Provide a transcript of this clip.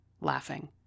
laughing